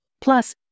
plus